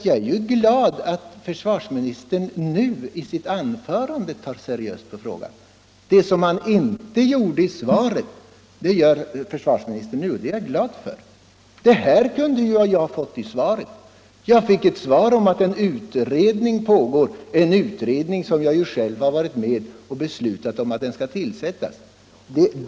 Jag är glad att försvarsministern nu i sitt anförande tar seriöst på frågan = Nr 10 — han gjorde det inte i svaret. Jag kunde ha fått detta besked i svaret, men där fick jag bara veta att en utredning pågår, en utredning som jag själv varit med och beslutat om att den skulle igångsättas.